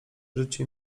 życie